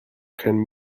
can